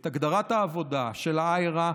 את הגדרת העבודה של IHRA,